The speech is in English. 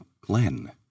Glenn